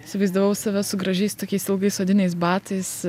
įsivaizdavau save su gražiais tokiais ilgais odiniais batais